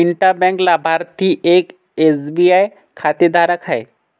intra bank लाभार्थी एक SBI खातेधारक आहे